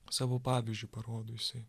savo pavyzdžiu parodo jisai